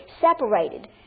separated